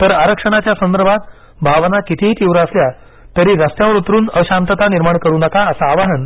तर आरक्षणाच्या संदर्भात भावना कितीही तीव्र असल्या तरी रस्त्यावर उतरून अशांतता निर्माण करू नका असं आवाहन